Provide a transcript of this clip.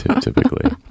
typically